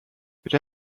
you